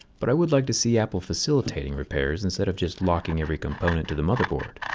but i would like to see apple facilitating repairs instead of just locking every component to the motherboard